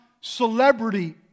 celebrity